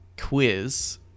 quiz